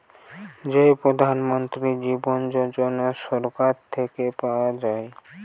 যেই প্রধান মন্ত্রী জীবন যোজনা সরকার থেকে পাওয়া যায়